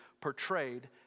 portrayed